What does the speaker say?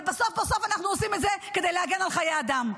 אבל בסוף בסוף אנחנו עושים את זה כדי להגן על חיי אדם.